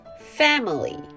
family